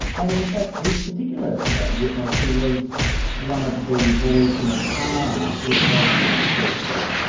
and in fact this particular witness who was one of the boys in the car with leon borthwick,